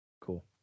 Cool